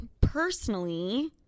personally